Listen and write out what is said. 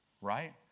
Right